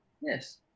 Yes